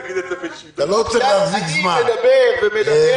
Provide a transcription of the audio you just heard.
נכנס חזרה לכנסת עם ניסיון אדיר,